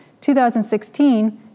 2016